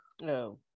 No